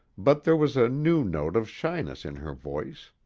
but there was a new note of shyness in her voice.